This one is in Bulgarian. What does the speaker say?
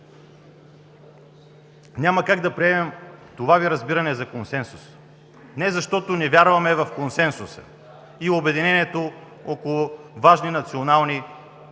Няма как да приемем това Ви разбиране за консенсус – не защото не вярваме в консенсуса и обединението около важни национални проблеми